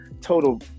total